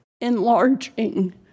enlarging